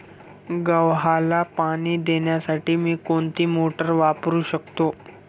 गव्हाला पाणी देण्यासाठी मी कोणती मोटार वापरू शकतो?